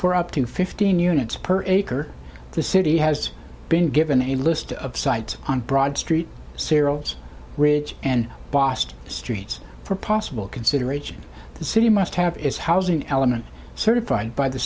for up to fifteen units per acre the city has been given a list of sites on broad street cereals ridge and bost streets for possible consideration the city must have is housing element certified by the